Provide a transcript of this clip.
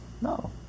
No